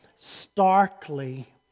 starkly